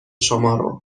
شمارو